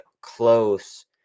close